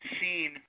seen